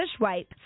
wipe